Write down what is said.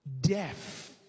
deaf